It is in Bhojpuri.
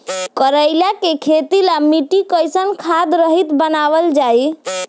करेला के खेती ला मिट्टी कइसे खाद्य रहित बनावल जाई?